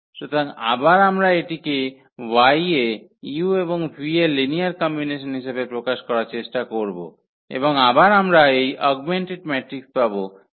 সুতরাং আবার আমরা এটিকে y এ u এবং v এর লিনিয়ার কম্বিনেশন হিসাবে প্রকাশ করার চেষ্টা করব এবং আবার আমরা এই অগমেন্টেড ম্যাট্রিক্স পাব যা